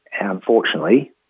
Unfortunately